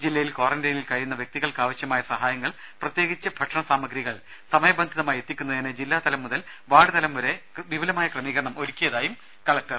ജില്ലയിൽ ക്വാറന്റൈനിൽ കഴിയുന്ന വ്യക്തികൾക്കാവശ്യമായ സഹായങ്ങൾ പ്രത്യേകിച്ച് ഭക്ഷണ സാമഗ്രികൾ സമയബന്ധിതമായി എത്തിക്കുന്നതിന് ജില്ലാതലം മുതൽ വാർഡ് തലം വരെ വിപുലമായ ക്രമീകരണം ഒരുക്കിയിട്ടുണ്ട്